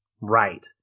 right